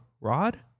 Rod